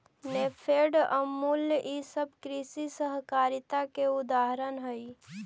नेफेड, अमूल ई सब कृषि सहकारिता के उदाहरण हई